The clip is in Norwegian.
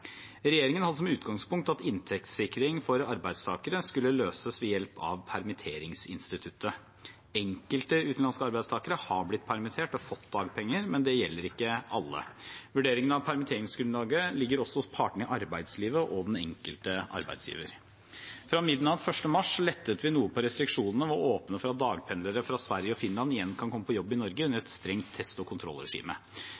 Regjeringen har som utgangspunkt at inntektssikring for arbeidstakere skulle løses ved hjelp av permitteringsinstituttet. Enkelte utenlandske arbeidstakere har blitt permittert og fått dagpenger, men det gjelder ikke alle. Vurderingene av permitteringsgrunnlaget ligger også hos partene i arbeidslivet og den enkelte arbeidsgiver. Fra midnatt 1. mars lettet vi noe på restriksjonene ved å åpne for at dagpendlere fra Sverige og Finland igjen kan komme på jobb i Norge under